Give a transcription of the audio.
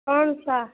कौन सा